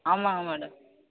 ஆமாங்க மேடம்